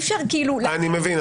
אני מבין.